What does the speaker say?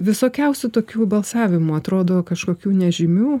visokiausių tokių balsavimų atrodo kažkokių nežymių